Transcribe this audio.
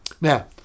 Now